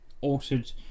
altered